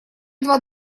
два